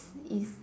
is